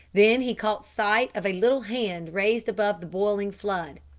then he caught sight of a little hand raised above the boiling flood.